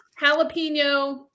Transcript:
jalapeno